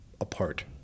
apart